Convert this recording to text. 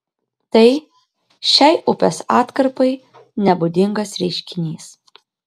tai šiai upės atkarpai nebūdingas reiškinys